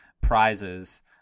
prizes